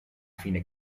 fine